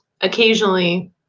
occasionally